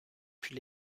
puis